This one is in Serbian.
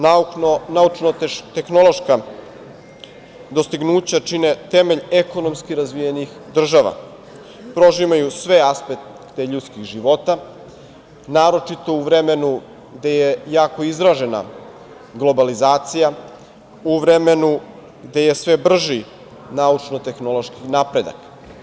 Naučno-tehnološka dostignuća čine temelj ekonomski razvijenih država, prožimaju sve aspekte ljudskih života, naročito u vreme gde je jako izražena globalizacija, u vreme gde je sve brži naučno-tehnološki napredak.